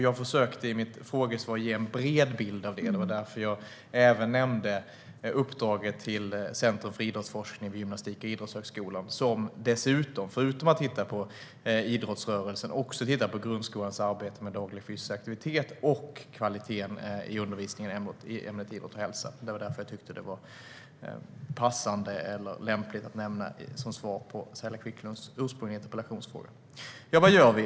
Jag försökte i mitt svar att ge en bred bild av det; det var därför jag även nämnde uppdraget till Centrum för idrottsforskning vid Gymnastik och idrottshögskolan, som förutom att titta på idrottsrörelsen tittar på grundskolans arbete med daglig fysisk aktivitet och kvaliteten i undervisningen i ämnet idrott och hälsa. Det var därför jag tyckte att det var passande eller lämpligt att nämna som svar på Saila Quicklunds ursprungliga interpellationsfråga. Ja, vad gör vi?